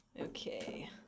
Okay